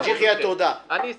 בזה אני מסיים.